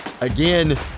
again